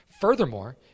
Furthermore